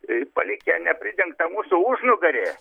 palikę nepridengtą mūsų užnugarį